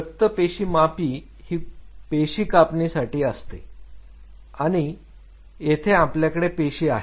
रक्तपेशीमापीही ही पेशीकापणीसाठी असते आणि येथे आपल्याकडे पेशी आहे